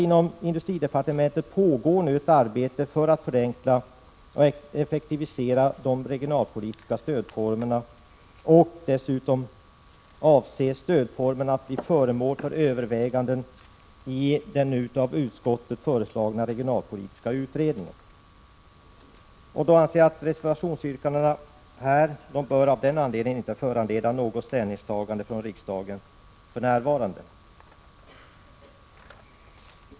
Inom industridepartementet pågår nu ett arbete för att förenkla och effektivisera de regionalpolitiska stödformerna, och dessutom avses stödformerna bli föremål för överväganden i den av utskottet föreslagna regionalpolitiska utredningen. Reservationsyrkandena bör av den anledningen inte för närvarande föranleda något ställningstagande från riksdagen.